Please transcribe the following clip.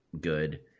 good